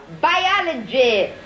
biology